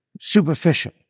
superficial